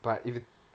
but if you